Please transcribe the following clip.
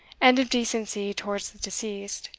and of decency towards the deceased,